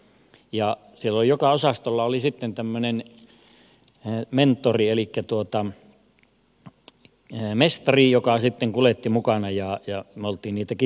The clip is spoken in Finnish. siellä oli joka osastolla sitten tämmöinen mentori elikkä mestari joka sitten kuljetti mukana ja me olimme niitä kisällejä